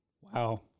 Wow